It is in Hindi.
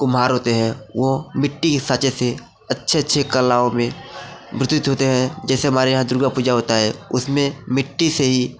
कुम्हार होते हैं वह मिट्टी के सांचे से अच्छे अच्छे कलाओं में होते हैं जैसे हमारे यहाँ दुर्गा पूजा होता है उसमें मिट्टी से ही